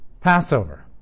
Passover